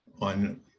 on